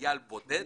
חייל בודד,